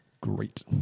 great